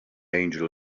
angel